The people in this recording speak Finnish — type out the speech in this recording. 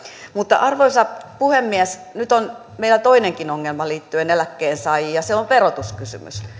mutta arvoisa puhemies nyt on meillä toinenkin ongelma liittyen eläkkeensaajiin ja se on verotuskysymys